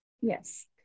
Yes